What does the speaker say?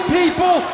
people